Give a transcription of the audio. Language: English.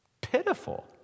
Pitiful